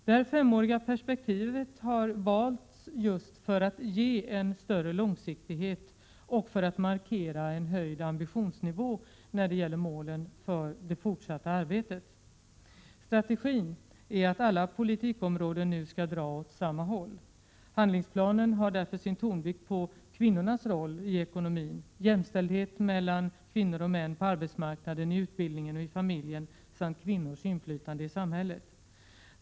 Detta femåriga perspektiv har valts just för att ge en större långsiktighet och för att markera en höjd ambitionsnivå när det gäller målen för det fortsatta arbetet. Strategin är att alla politikområden nu skall dra åt samma håll. Handlingsplanen har därför sin tonvikt på kvinnornas roll i ekonomin, jämställdhet mellan kvinnor och män på arbetsmarknaden, i utbildningen och i familjen samt kvinnors inflytande i samhället.